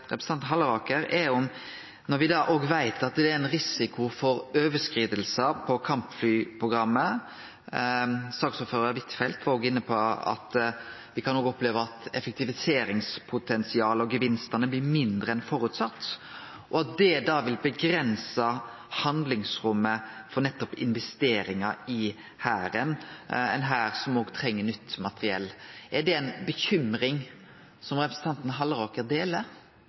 representanten Halleraker er: Når me veit at det er ein risiko for overskridingar på kampflyprogrammet – saksordførar Huitfeldt var òg inne på at me kan oppleve at effektiviseringspotensialet og gevinstane blir mindre enn føresett, og at det vil avgrense handlingsrommet for nettopp investeringar i Hæren, ein hær som òg treng nytt materiell – er det ei uro som representanten Halleraker deler?